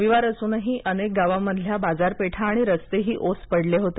रविवार असूनही अनेक गावांमधल्या बाजारपेठा आणि रस्तेही ओस पडले होते